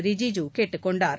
ரிஜிஜு கேட்டுக்கொண்டார்